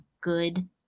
good